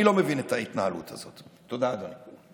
אני לא מבין את ההתנהלות הזאת, תודה, אדוני.